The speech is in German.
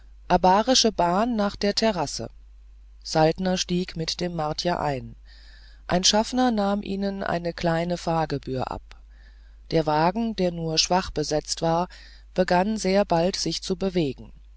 bahn nach der terrasse saltner stieg mit dem martier ein ein schaffner nahm ihnen eine kleine fahrgebühr ab der wagen der nur schwach besetzt war begann sehr bald sich zu bewegen